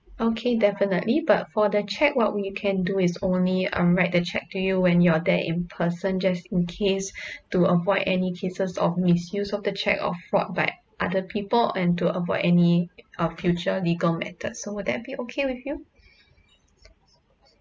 okay definitely but for the cheque what we can do is only uh write the cheque to you when you're there in person just in case to avoid any cases of misuse of the cheque or fraud by other people and to avoid any uh future legal matters so would that be okay with you